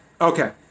Okay